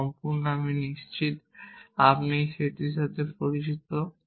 যা সম্পূর্ণ আমি নিশ্চিত আপনি এই সেটটির সাথে পরিচিত